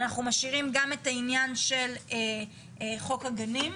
אנחנו משאירים גם את העניין של חוק הגנים.